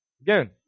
Again